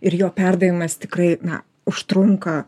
ir jo perdavimas tikrai na užtrunka